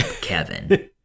Kevin